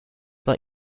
war